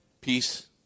Peace